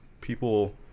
people